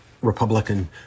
Republican